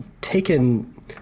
taken